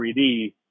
3D